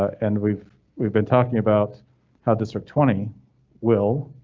and we've we've been talking about how this or twenty will.